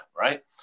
right